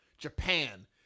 Japan